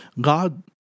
God